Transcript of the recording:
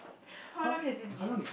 how long has it been